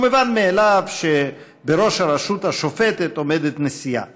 ומובן מאליו שבראש הרשות השופטת עומדת נשיאה.